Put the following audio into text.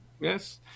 Yes